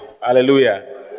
Hallelujah